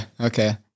Okay